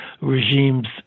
Regimes